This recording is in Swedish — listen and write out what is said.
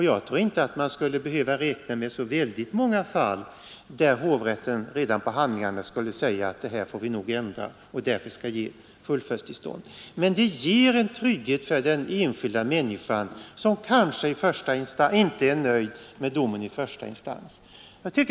Jag tror inte att man skulle behöva räkna med så väldigt många fall där hovrätten redan på handlingarna skulle säga att detta får ändras och därför ge fullföljdstillstånd. Men det skulle ge trygghet för den enskilda människan som kanske inte är nöjd med domen i första instans.